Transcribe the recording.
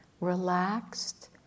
relaxed